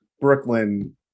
Brooklyn